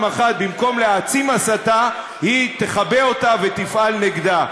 אחת במקום להעצים הסתה היא תכבה אותה ותפעל נגדה.